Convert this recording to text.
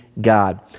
God